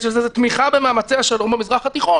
של זה היא "תמיכה במאמצי השלום במזרח התיכון"